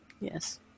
Yes